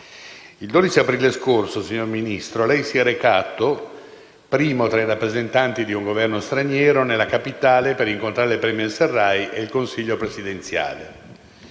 il 12 aprile scorso, lei si è recato, primo tra i rappresentanti di un Governo straniero, nella capitale per incontrare il *premier* al-Sarraj e il Consiglio presidenziale.